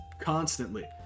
constantly